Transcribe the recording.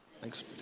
Thanks